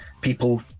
People